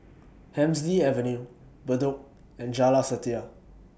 Hemsley Avenue Bedok and Jalan Setia